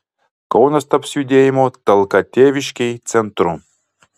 kaunas taps judėjimo talka tėviškei centru